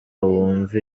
wumve